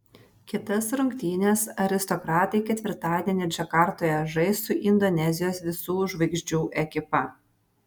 kitas rungtynes aristokratai ketvirtadienį džakartoje žais su indonezijos visų žvaigždžių ekipa